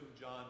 John